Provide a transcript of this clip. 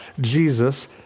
Jesus